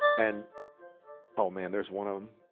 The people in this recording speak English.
and oh man, there's one of them.